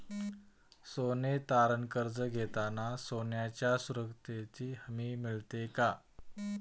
सोने तारण कर्ज घेताना सोन्याच्या सुरक्षेची हमी मिळते का?